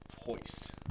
Hoist